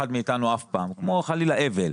לאף אחד מאיתנו אף פעם כמו חלילה אבל.